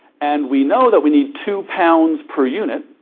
and we know that we need two pounds per unit.